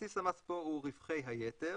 בסיס המס פה הוא רווחי היתר.